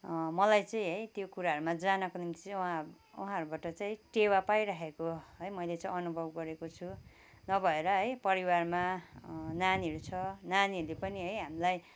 मलाई चाहिँ है त्यो कुराहरूमा जानको निम्ति उहाँ उहाँहरूबाट चाहिँ टेवा पाइरहेको है मैले चाहिँ अनुभव गरेको छु नभएर है परिवारमा नानीहरू छ नानीहरूले पनि है हामीलाई